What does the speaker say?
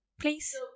Please